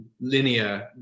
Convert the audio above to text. Linear